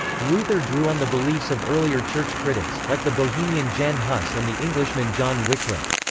luther drew on the beliefs of earlier church critics, like the bohemian jan hus and the englishman john wycliffe.